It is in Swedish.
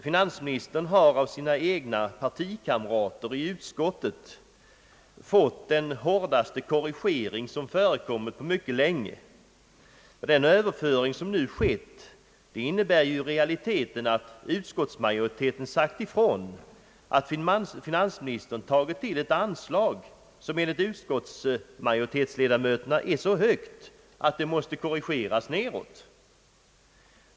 Finansministern har av sina egna partikamrater i utskottet fått den hårdaste korrigering som förekommit på mycket länge. Den överföring som nu skett innebär ju i realiteten att utskottsmajoriteten sagt ifrån att finansministern tagit till ett anslag som enligt utskottsmajoriteten är så högt att det måste korrigeras neråt.